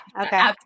Okay